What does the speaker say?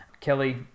kelly